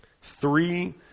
Three